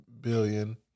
billion